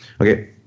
Okay